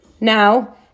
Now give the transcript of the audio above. Now